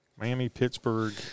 Miami-Pittsburgh